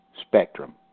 spectrum